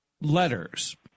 letters